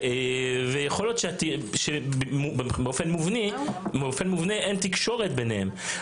יכול להיות שבאופן מובנה אין תקשורת ביניהם.